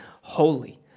holy